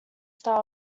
style